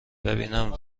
ببینم